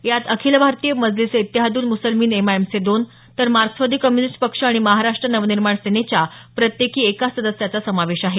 यात अखिल भारतीय मजलिस ए इत्तेहादूल मुसलिमिन एमआयएमचे दोन तर मार्क्सवादी कम्युनिस्ट पक्ष आणि महाराष्ट नवनिर्माण सेनेचा प्रत्येकी एका सदस्याचा समावेश आहे